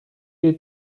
alors